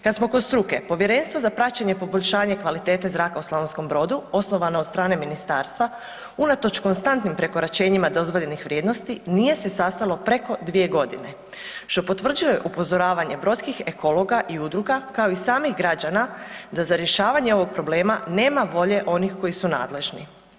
Kad smo kod struke, Povjerenstvo za praćenje poboljšanja kvalitete zraka u Slavonskom Brodu, osnovano od strane Ministarstva, unatoč konstantnim prekoračenjima, dozvoljenih vrijednosti, nije se sastalo preko 2 godine što potvrđuje upozoravanje brodskih ekologa i udruga, kao i samih građana, da za rješavanje ovog problema nema volje onih koji su nadležni.